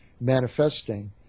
manifesting